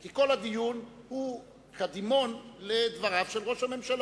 כי כל הדיון הוא קדימון לדבריו של ראש הממשלה,